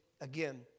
again